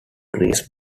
greece